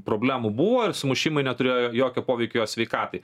problemų buvo ir sumušimai neturėjo jokio poveikio sveikatai